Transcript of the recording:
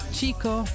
Chico